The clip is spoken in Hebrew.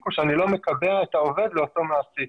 הוא שאני לא מקבע את העובד לאותו מעסיק.